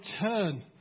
turn